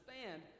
understand